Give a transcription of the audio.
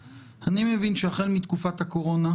אני מדבר על האנשים בין 8 ל-13 שנים.